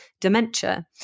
dementia